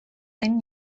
den